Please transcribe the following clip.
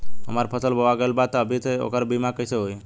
हमार फसल बोवा गएल बा तब अभी से ओकर बीमा कइसे होई?